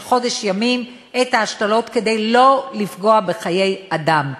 חודש ימים את ההשתלות כדי שלא לפגוע בחיי אדם.